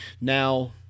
Now